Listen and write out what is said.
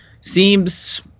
Seems